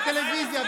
בטלוויזיה,